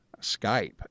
Skype